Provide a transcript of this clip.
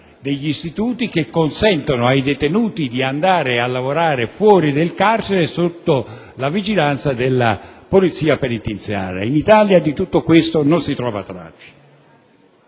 degli istituti che consentono ai detenuti di andare a lavorare fuori dal carcere, sotto la vigilanza della polizia penitenziaria. In Italia di tutto questo non si trova traccia.